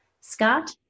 Scott